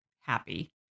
happy